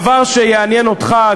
דבר שיעניין אותך,